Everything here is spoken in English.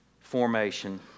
formation